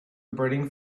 burning